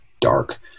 dark